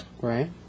Right